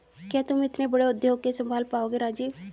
क्या तुम इतने बड़े उद्योग को संभाल पाओगे राजीव?